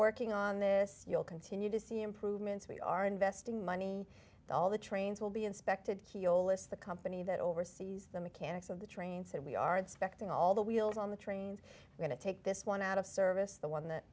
working on this you'll continue to see improvements we are investing money all the trains will be inspected keo list the company that oversees the mechanics of the train said we are inspecting all the wheels on the trains going to take this one dollar out of service the one that